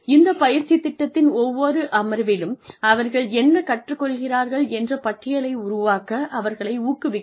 இந்த பயிற்சித் திட்டத்தின் ஒவ்வொரு அமர்விலும் அவர்கள் என்ன கற்றுக் கொள்கிறார்கள் என்ற பட்டியலை உருவாக்க அவர்களை ஊக்குவிக்கவும்